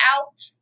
out